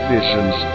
Visions